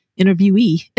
interviewee